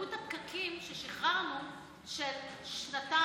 כמות הפקקים ששחררנו של שנתיים,